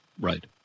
Right